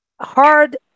hard